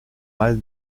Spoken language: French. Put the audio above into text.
mal